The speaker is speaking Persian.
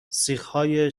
سیخهای